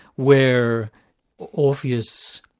where orpheus